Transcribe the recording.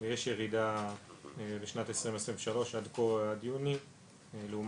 ויש ירידה בשנת 2023 עד כה - עד יוני - לעומת